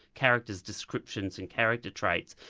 character's descriptions and character traits,